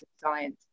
science